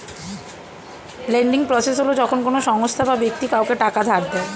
lending process হল যখন কোনো সংস্থা বা ব্যক্তি কাউকে টাকা ধার দেয়